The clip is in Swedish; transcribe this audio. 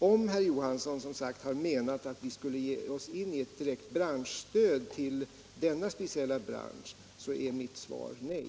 Om herr Johansson menade att vi skulle ge oss in på att åstadkomma ett direkt branschsstöd till just denna bransch, är mitt svar nej.